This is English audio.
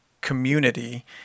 community